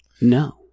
No